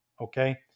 Okay